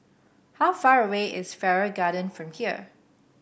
how far away is Farrer Garden from here